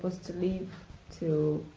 to leave to